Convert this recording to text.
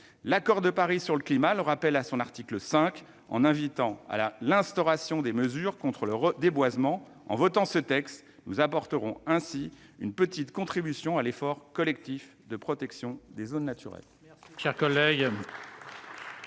L'accord de Paris sur le climat le rappelle, à son article 5, en invitant à l'instauration de mesures contre le déboisement. En adoptant ce texte, nous apporterons ainsi une petite contribution à l'effort collectif de protection des zones naturelles.